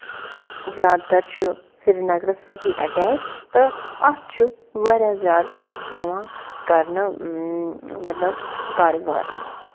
زیادٕ تر چھُ سری نَگرَس سۭتی اٮ۪ٹٮ۪چ تہٕ اَتھ چھُ واریاہ زیادٕ یِوان کرنہٕ مطلب کاروبار